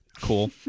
cool